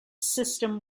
system